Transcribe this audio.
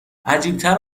عجیبتر